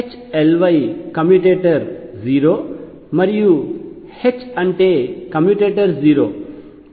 H Ly commutator 0 మరియు H అంటే commutator 0